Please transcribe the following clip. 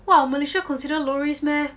!wah! malaysia considered low risk meh